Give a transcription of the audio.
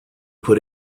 put